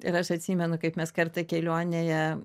ir aš atsimenu kaip mes kartą kelionėje